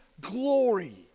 glory